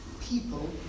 people